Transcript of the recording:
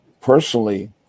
personally